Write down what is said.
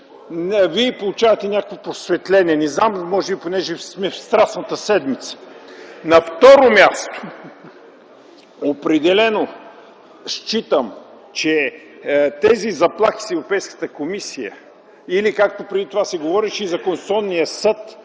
вие получавате някакво просветление. Не знам, може би защото сме в Страстната седмица. На второ място, определено считам, че тези заплахи с Европейската комисия, или както преди това се говореше за Конституционния съд,